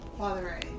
Father